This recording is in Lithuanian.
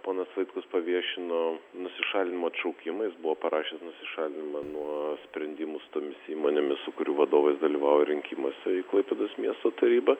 ponas vaitkus paviešino nusišalinimo atšaukimą jis buvo parašęs nusišalinimą nuo sprendimų su tomis įmonėmis su kurių vadovais dalyvauja rinkimuose į klaipėdos miesto tarybą